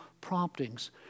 promptings